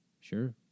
sure